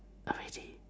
oh really